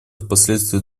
впоследствии